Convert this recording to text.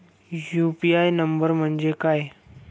UPI number म्हणजे काय?